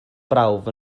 brawf